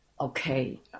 Okay